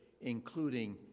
including